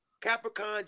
Capricorn